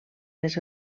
les